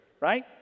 right